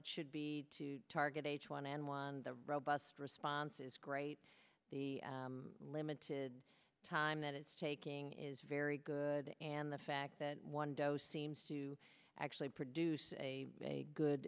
it should be to target h one n one the robust response is great the limited time that it's taking is very good and the fact that one dose seems to actually produce a good